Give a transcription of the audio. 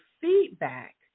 feedback